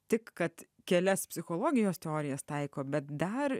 tik kad kelias psichologijos teorijas taiko bet dar